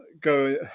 go